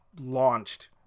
launched